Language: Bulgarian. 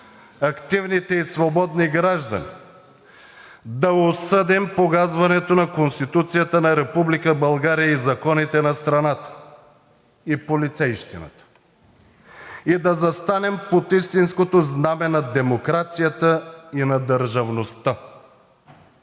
активни и свободни граждани, да осъдим погазването на Конституцията на Република България и законите на страната, полицейщината и да застанем под истинското знаме на демокрацията и на държавността.